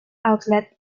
outlet